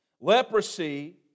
Leprosy